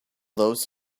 those